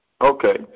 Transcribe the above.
Okay